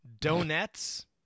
donuts